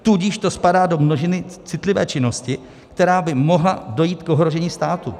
Tudíž to spadá do množiny citlivé činnosti, která by mohla dojít k ohrožení státu.